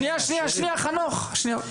שנייה שנייה חנוך, שנייה חנוך.